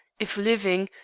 if living,